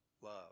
Love